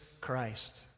Christ